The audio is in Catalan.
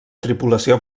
tripulació